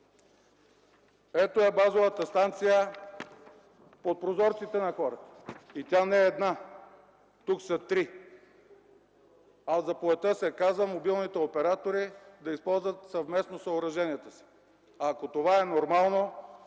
Ето я базовата станция под прозорците на хората. И тя не е една. (Показва друга снимка.) Тук са три. А в заповедта се казва – мобилните оператори да използват съвместно съоръженията си. Ако това е нормално,